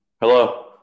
hello